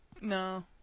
No